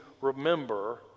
remember